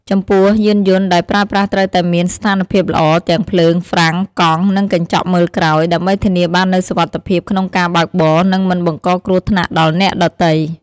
ចំពោះ យានយន្តដែលប្រើប្រាស់ត្រូវតែមាន ស្ថានភាពល្អ ទាំងភ្លើង ហ្វ្រាំង កង់ និងកញ្ចក់មើលក្រោយ ដើម្បីធានាបាននូវសុវត្ថិភាពក្នុងការបើកបរ និងមិនបង្កគ្រោះថ្នាក់ដល់អ្នកដទៃ។